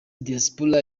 diaspora